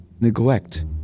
Neglect